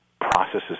processes